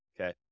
Okay